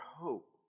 hope